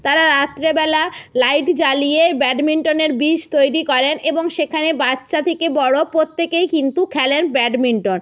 তারা রাত্রিবেলা লাইট জ্বালিয়ে ব্যাডমিন্টনের তৈরি করেন এবং সেখানে বাচ্চা থেকে বড় প্রত্যেকেই কিন্তু খেলেন ব্যাডমিন্টন